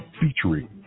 featuring